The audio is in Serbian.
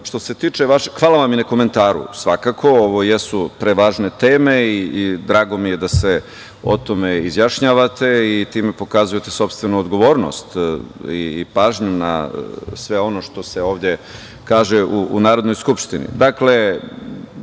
na čestici. Hvala vam i na komentaru svakako. Ovo jesu tri važne teme i drago mi je da se o tome izjašnjavate i time pokazujete sopstvenu odgovornost i pažnju na sve ono što se ovde kaže u Narodnoj skupštini. Dakle,